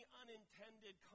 unintended